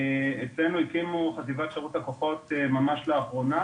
ממש לאחרונה